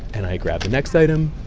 and i grabbed the next item.